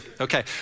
Okay